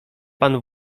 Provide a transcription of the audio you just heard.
pan